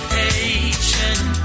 patient